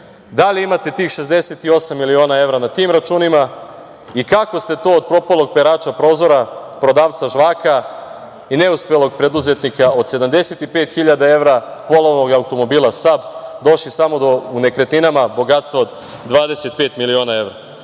da li imate tih 68.000.000 evra na tim računima i kako ste to od propalog perača prozora, prodavca žvaka i neuspelog preduzetnika od 75.000 evra, polovnog automobila SAB, došli samo do u nekretninama bogatstva od 25.000.000?Nemojte